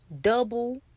double